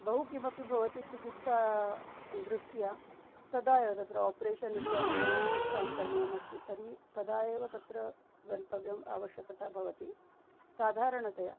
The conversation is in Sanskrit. बहुकिमपि भवति चिकित्सा दृष्ट्या तदा एव तत्र आपरेशन् इत्यादिकं चिकित्सां करणीयमस्ति तर्हि तदा एव तत्र गन्तव्यम् आवश्यकता भवति साधारणतया